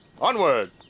Onward